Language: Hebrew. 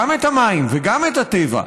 גם את המים וגם את הטבע,